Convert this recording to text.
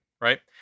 right